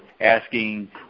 asking